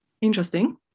interesting